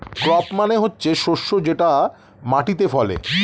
crop মানে হচ্ছে শস্য যেটা মাটিতে ফলে